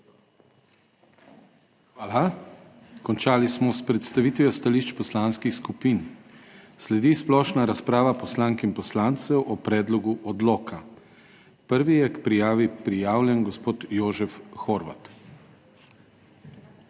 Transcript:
lepa. Končali smo s predstavitvijo stališč poslanskih skupin. Sledi splošna razprava poslank in poslancev o predlogu odloka. Prva je k razpravi prijavljena kolegica